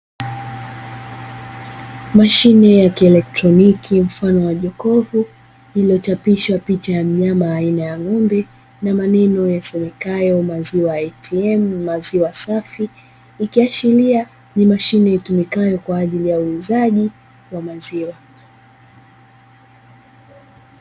Mashine ya kieletroniki mfano wa jokovu lililochapishwa picha ya mnyama aina ya ng'ombe na maneno yasomekayo "maziwa ATM maziwa safi ". Ikiashiria kuwa ni mashine inayotumika kwa ajili uuzaji wa bidhaa za maziwa.